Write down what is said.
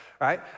right